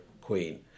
queen